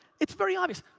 it's very obvious.